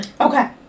okay